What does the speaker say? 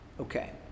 okay